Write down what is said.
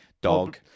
dog